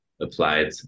applied